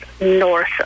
north